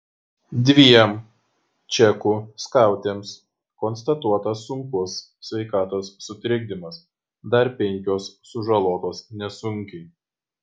dviem čekų skautėms konstatuotas sunkus sveikatos sutrikdymas dar penkios sužalotos nesunkiai